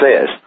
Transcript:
Says